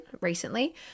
recently